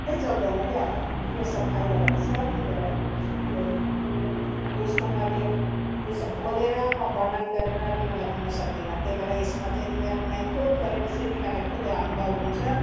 पत्तै चल्दैन क्या त यो सब फाइदा भएको छ त्यही भएर यो यो यसमा मैले यो सब बोलेर म वर्णन गरेर तिमीहरूलाई भन्न सक्दिनँ त्यही भएर यसमा चाहिँ तिमीहरू नै खुद गरेपछि तिमीहरूलाई खुदै अनुभव हुन्छ